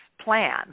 plan